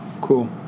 Cool